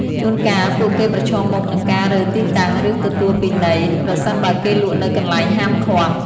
ជួនកាល ពួកគេប្រឈមមុខនឹងការរើទីតាំង ឬទទួលពិន័យ ប្រសិនបើគេលក់នៅកន្លែងហាមឃាត់។